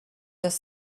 oes